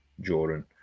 Jordan